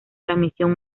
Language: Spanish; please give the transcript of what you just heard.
transmisión